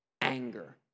anger